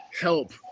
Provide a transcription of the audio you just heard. help